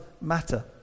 matter